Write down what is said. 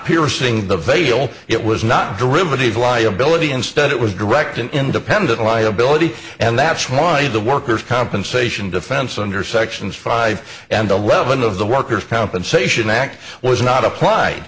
veil it was not derivative liability instead it was direct an independent liability and that's why the workers compensation defense under sections five and eleven of the workers compensation act was not applied